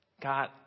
God